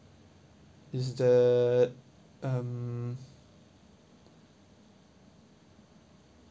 is the um